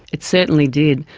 it certainly did.